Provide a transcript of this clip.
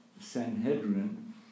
Sanhedrin